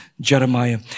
Jeremiah